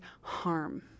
harm